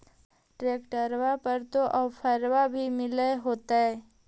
ट्रैक्टरबा पर तो ओफ्फरबा भी मिल होतै?